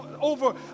over